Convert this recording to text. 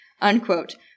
unquote